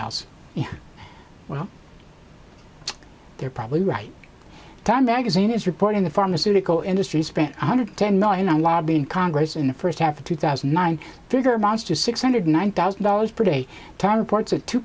else well they're probably right time magazine is reporting the pharmaceutical industry spent one hundred ten million on lobbying congress in the first half of two thousand and nine figure amounts to six hundred nine thousand dollars per day time reports a two